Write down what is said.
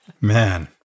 Man